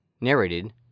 Narrated